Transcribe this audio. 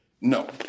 No